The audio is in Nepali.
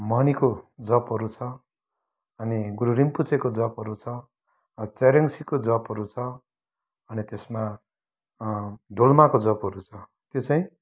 मनिको जपहरू छ अनि गुरू रिम्पोछेको जपहरू छ चेरेङ्सीको जपहरू छ अनि त्यसमा डोल्माको जपहरू छ त्यो चाहिँ